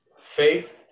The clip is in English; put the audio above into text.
faith